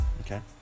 Okay